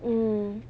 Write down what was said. mm